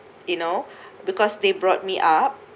you know because they brought me up